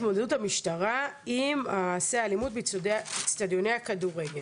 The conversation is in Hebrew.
התמודדות המשטרה עם מעשי האלימות באצטדיוני הכדורגל.